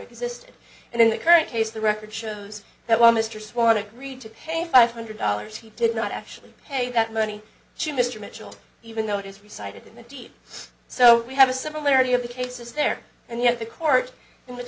existed and in the current case the record shows that while mr swan agreed to pay five hundred dollars he did not actually pay that money to mr mitchell even though it is you cited in the deep so we have a similarity of the cases there and yet the court in the